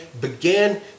began